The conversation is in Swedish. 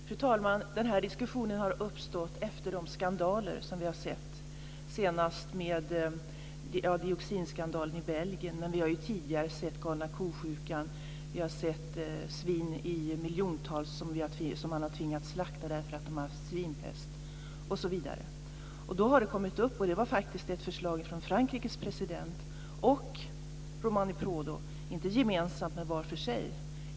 Fru talman! Den här diskussionen har uppstått efter de skandaler som vi sett, senast dioxinskandalen i Belgien och tidigare galna ko-sjukan. Miljontals svin har tvingats slaktas därför att de haft svinpest, osv. Då kom det ett förslag från Frankrikes president och Romano Prodi, inte gemensamt utan var för sig.